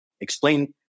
explain